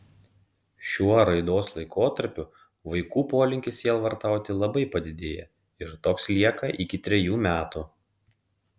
šiuo raidos laikotarpiu vaikų polinkis sielvartauti labai padidėja ir toks lieka iki trejų metų